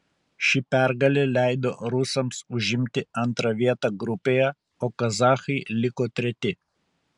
ši pergalė leido rusams užimti antrą vietą grupėje o kazachai liko treti